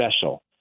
special